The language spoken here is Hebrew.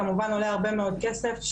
כמובן עולה הרבה מאוד כסף,